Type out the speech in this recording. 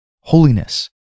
holiness